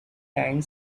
time